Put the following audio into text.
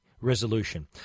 resolution